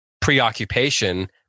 preoccupation